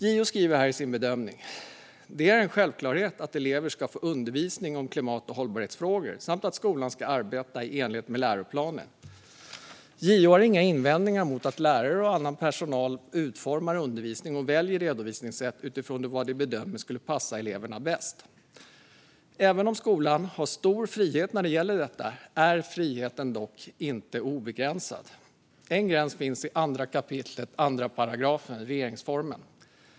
JO skriver följande i sin bedömning: "Det är en självklarhet att elever ska få undervisning om klimat och hållbarhetsfrågor samt att skolan ska arbeta i enlighet med läroplanen. Jag har inga invändningar mot att lärare och annan skolpersonal utformar undervisningen och väljer redovisningssätt utifrån vad de bedömer skulle passa eleverna bäst. Även om en skola har stor frihet när det gäller detta, är friheten dock inte obegränsad. En gräns finns i 2 kap. 2 § RF."